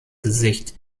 gesicht